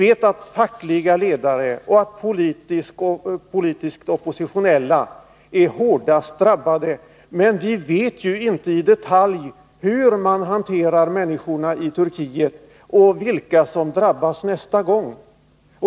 Vi vet att fackliga ledare och politiskt oppositionella är hårdast drabbade, men vi vet inte i detalj hur man hanterar människorna i Turkiet och vilka som drabbas nästa gång.